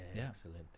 excellent